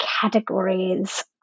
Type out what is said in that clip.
categories